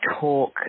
talk